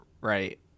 right